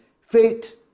fate